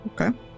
Okay